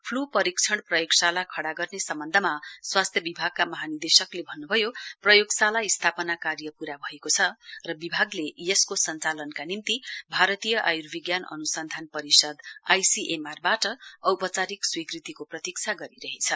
flu परीक्षण प्रोयगशाला खड़ा गर्ने सम्वन्धमा स्वास्थ्य विभागका महानिर्देशकले भन्न्भयो प्रयोगशाला स्थापना कार्य पूरा भएको छ र बिभागले यसको सञ्चालनका निम्ति भारतीय आय्विज्ञान अन्सन्धान संस्थान आईसीएमआरबाट औपचारिक स्वीकृतिको प्रतीक्षा गरिरहेछ